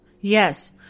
Yes